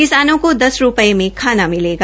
किसानों को दस रूपये में खाना मिलेगा